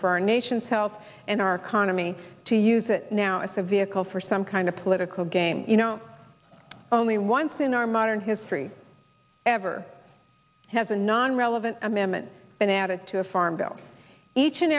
for our nation's health and our economy to use it now as a vehicle for some kind of political games you know only once in our modern history ever has a non relevant amendment been added to a farm bill each and